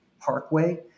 Parkway